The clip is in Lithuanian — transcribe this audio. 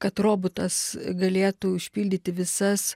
kad robotas galėtų užpildyti visas